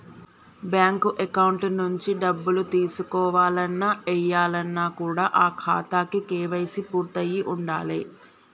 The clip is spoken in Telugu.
బ్యేంకు అకౌంట్ నుంచి డబ్బులు తీసుకోవాలన్న, ఏయాలన్న కూడా ఆ ఖాతాకి కేవైసీ పూర్తయ్యి ఉండాలే